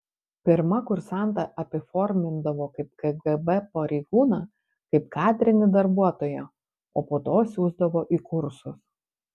pirma kursantą apiformindavo kaip kgb pareigūną kaip kadrinį darbuotoją o po to siųsdavo į kursus